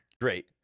Great